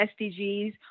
SDGs